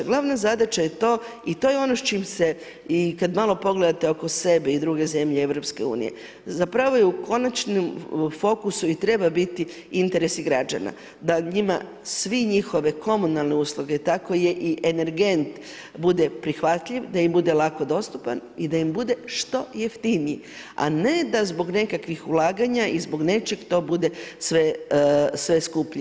Glavna zadaća je to i to je ono s čim se i kad malo pogledate oko sebe i druge zemlje EU zapravo je u konačnom fokusu i treba biti interesi građana, da njima svi njihove komunalne usluge, tako i energent bude prihvatljiv, da im bude lako dostupan i da im bude što jeftiniji, a ne da zbog nekakvih ulaganja i zbog nečeg to bude sve skuplje.